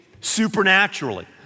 supernaturally